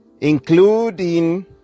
including